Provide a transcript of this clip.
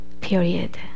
period